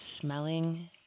smelling